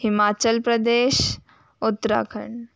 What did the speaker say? Himachal Pradesh Uttarakhand